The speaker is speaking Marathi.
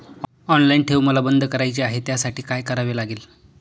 ऑनलाईन ठेव मला बंद करायची आहे, त्यासाठी काय करावे लागेल?